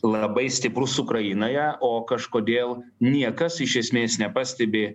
labai stiprus ukrainoje o kažkodėl niekas iš esmės nepastebi